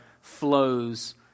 flows